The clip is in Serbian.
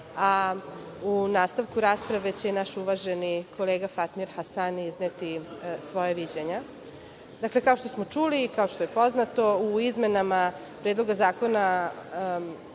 a u nastavku rasprave će naš uvaženi kolega Fatmir Hasani izneti svoje viđenje. Dakle, kao što smo čuli, kao što je poznato Predlogu zakona